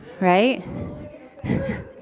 right